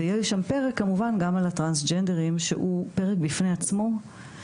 ויש שם פרק כמובן גם על הטרנסג'נדרים שהוא פרק בפני עצמו,